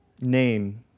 name